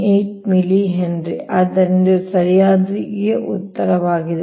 6098 millihenry ಆದ್ದರಿಂದ ಇದು ಸರಿಯಾದ ಉತ್ತರವಾಗಿದೆ